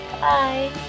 Bye